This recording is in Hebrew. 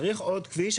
צריך עוד כביש,